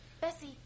Bessie